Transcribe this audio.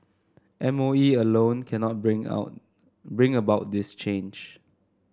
M O E alone cannot bring out bring about this change